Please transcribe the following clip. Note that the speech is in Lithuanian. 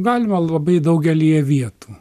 galima labai daugelyje vietų